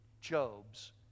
Job's